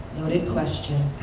question.